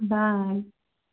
bye